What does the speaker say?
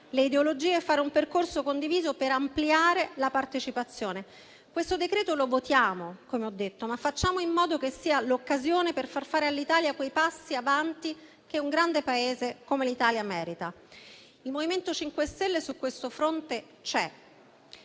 le ideologie e fare un percorso condiviso per ampliare la partecipazione. Questo decreto lo voteremo, come ho detto, ma facciamo in modo che sia l'occasione per far fare all'Italia quei passi avanti che un grande Paese come l'Italia merita. Il MoVimento 5 Stelle su questo fronte c'è.